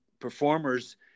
performers